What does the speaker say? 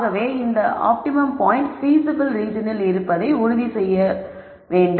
ஆகவே இது optimum point feasible ரீஜெனில் இருப்பதை உறுதி செய்கிறது